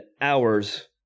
hours